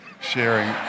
sharing